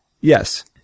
Yes